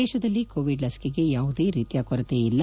ದೇಶದಲ್ಲಿ ಕೋವಿಡ್ ಲಸಿಕೆಗೆ ಯಾವುದೇ ರೀತಿಯ ಕೊರತೆ ಇಲ್ಲ